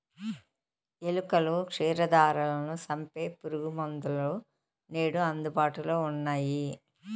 ఎలుకలు, క్షీరదాలను సంపె పురుగుమందులు నేడు అందుబాటులో ఉన్నయ్యి